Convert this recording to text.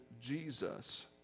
Jesus